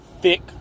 thick